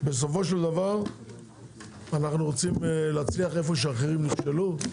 אנחנו רוצים להצליח איפה שאחרים נכשלו,